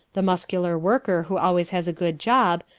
the muscular worker who always has a good job,